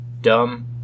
dumb